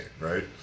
Right